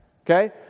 okay